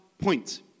point